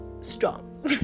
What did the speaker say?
strong